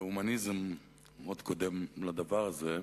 הומניזם עוד קודם לדבר הזה.